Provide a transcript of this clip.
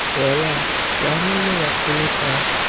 or, alas! gathering it up for yourself.